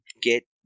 get